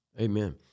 Amen